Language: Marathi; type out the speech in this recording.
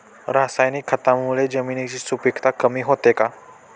रासायनिक खतांमुळे जमिनीची सुपिकता कमी होते का?